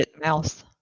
mouse